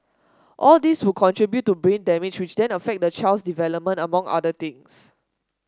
all these would contribute to brain damage which then affect the child's development among other things